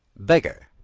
beggar,